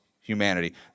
humanity